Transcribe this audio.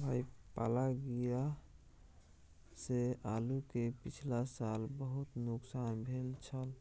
भाई पाला गिरा से आलू के पिछला साल बहुत नुकसान भेल छल